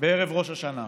בערב ראש השנה.